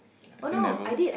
I think never